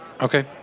Okay